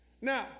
Now